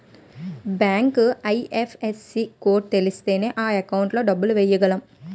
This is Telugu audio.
బ్యాంకు ఐ.ఎఫ్.ఎస్.సి కోడ్ తెలిస్తేనే అకౌంట్ లో డబ్బులు ఎయ్యగలం